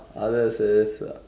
others is